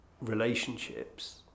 relationships